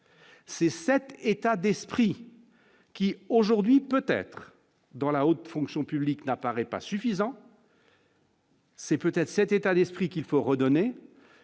C'est cet état d'esprit qui aujourd'hui peut-être dans la haute fonction publique n'apparaît pas suffisant. C'est peut-être cet état d'esprit qu'il faut redonner,